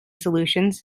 solutions